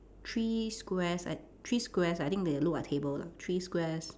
three squares I three squares I think they look like table lah three squares